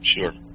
Sure